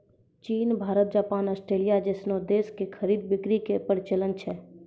चीन Bharat Japan Australia जैसनो देश मे खरीद बिक्री के प्रचलन छै